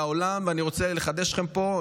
ואני רוצה לחדש לכם פה,